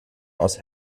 aus